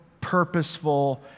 purposeful